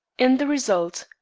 in the result,